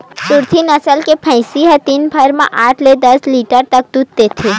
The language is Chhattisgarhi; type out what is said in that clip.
सुरती नसल के भइसी ह दिन भर म आठ ले दस लीटर तक दूद देथे